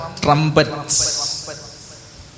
Trumpets